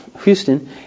Houston